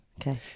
Okay